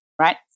right